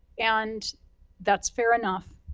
and that's fair enough,